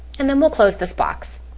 and then we'll close this box.